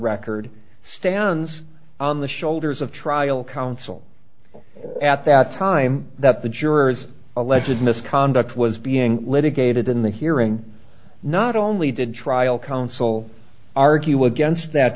record stands on the shoulders of trial counsel at that time that the jurors alleges misconduct was being litigated in the hearing not only did trial counsel argue against that